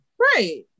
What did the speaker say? Right